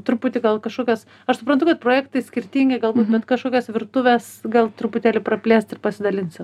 truputį gal kažkokios aš suprantu kad projektai skirtingi galbūt bet kažkokios virtuvės gal truputėlį praplėst ir pasidalinsit